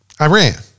Iran